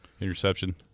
Interception